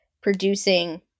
producing